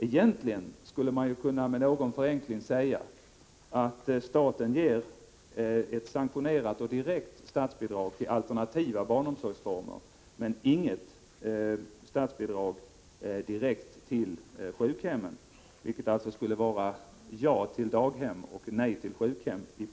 Egentligen skulle man med någon förenkling kunna säga att staten ger ett sanktionerat bidrag, ett direkt statsbidrag, till alternativa barnomsorgsformer men inget statsbidrag direkt till sjukhemmen, vilket alltså skulle innebära i princip ja till daghem och nej till sjukhem.